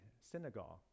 synagogue